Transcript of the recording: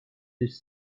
des